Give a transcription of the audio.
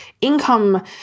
income